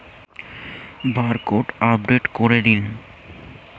Barcode update করে দিন?